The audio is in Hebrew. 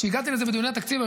כשהגעתי לזה בדיוני התקציב,